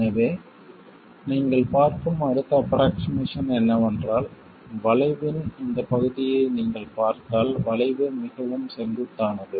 எனவே நீங்கள் பார்க்கும் அடுத்த ஆஃப்ரோக்ஷிமேசன் என்னவென்றால் வளைவின் இந்த பகுதியை நீங்கள் பார்த்தால் வளைவு மிகவும் செங்குத்தானது